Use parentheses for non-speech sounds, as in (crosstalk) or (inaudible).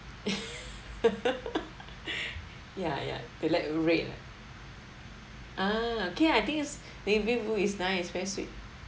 (laughs) ya ya they like red ah ah okay I think is navy blue is nice very sweet